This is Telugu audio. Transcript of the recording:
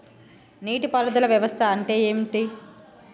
నీటి పారుదల వ్యవస్థ అంటే ఏంటి?